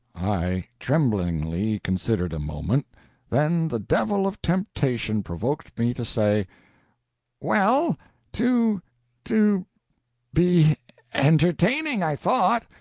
i tremblingly considered a moment then the devil of temptation provoked me to say well to to be entertaining i thought.